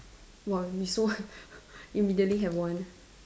!wah! you so immediately have one